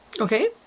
Okay